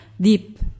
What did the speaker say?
deep